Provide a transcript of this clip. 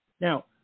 Now